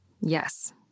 Yes